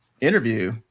interview